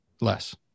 Less